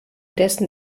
dessen